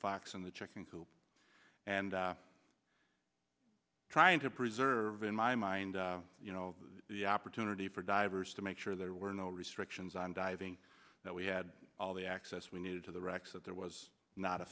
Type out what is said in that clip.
fox in the chicken coop and trying to preserve in my mind you know the opportunity for divers to make sure there were no restrictions on diving that we had all the access we needed to the rex that there was not a